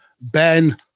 Ben